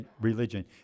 religion